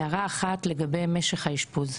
הערה אחת לגבי משך האשפוז,